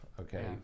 okay